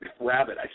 rabbit